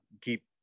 keep